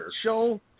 show